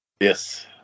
Yes